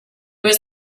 was